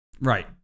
Right